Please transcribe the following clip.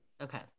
Okay